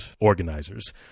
organizers